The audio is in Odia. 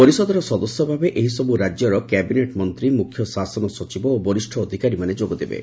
ପରିଷଦର ସଦସ୍ୟଭାବେ ଏହିସବୁ ରାଜ୍ୟର କ୍ୟାବିନେଟ୍ ମନ୍ତୀ ମୁଖ୍ୟଶାସନ ସଚିବ ଓ ବରିଷ ଅଧିକାରୀମାନେ ଯୋଗଦେବେ